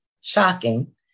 shocking